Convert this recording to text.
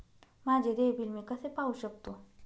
माझे देय बिल मी कसे पाहू शकतो?